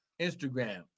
Instagram